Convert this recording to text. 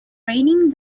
raining